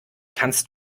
kannst